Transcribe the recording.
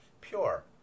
pure